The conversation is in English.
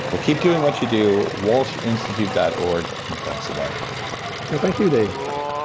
well, keep doing what you do. walshinstitute dot org, and thanks again well, thank you dave.